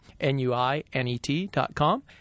N-U-I-N-E-T.com